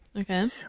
Okay